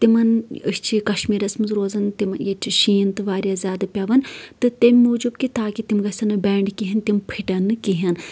تِمَن أسۍ چھِ کَشمیٖرَس منٛز روزان تِم ییٚتہِ چھِ شیٖن تہٕ واریاہ زیادٕ پٮ۪وان تہٕ تمہِ موٗجوٗب کہِ تاکہِ تِم گژھن نہٕ بیٚنٛڈ کِہیٖنۍ تِم پھٕٹن نہٕ کِہیٖنۍ